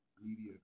media